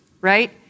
right